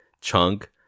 Chunk